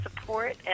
support